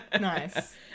Nice